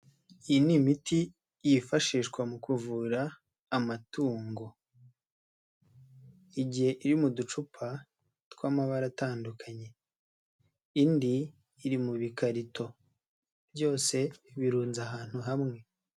Iyi ni imiti yifashishwa mu kuvura amatungo, igiye iri mu ducupa tw'amabara atandukanye iri mu bikarito byose birunze ahantu hamwe.